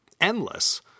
endless